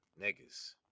Niggas